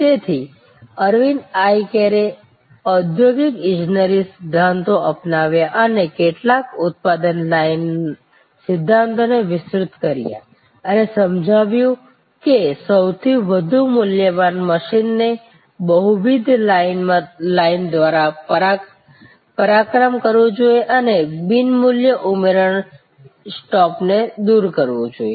તેથી અરવિંદ આઇ કેરે ઔદ્યોગિક ઇજનેરી સિદ્ધાંતો અપનાવ્યા અને કેટલાક ઉત્પાદન લાઇન સિદ્ધાંતોને વિસ્તૃત કર્યા અને સમજ્યું કે સૌથી વધુ મૂલ્યવાન મશીનને બહુવિધ લાઇન દ્વારા પરાક્રમ કરવું જોઈએ અને બિન મૂલ્ય ઉમેરણ સ્ટોપને દૂર કરવું જોઈએ